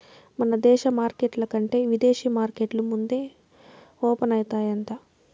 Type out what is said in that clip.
మన దేశ మార్కెట్ల కంటే ఇదేశీ మార్కెట్లు ముందే ఓపనయితాయంట